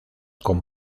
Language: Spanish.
con